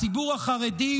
הציבור החרדי,